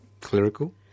Clerical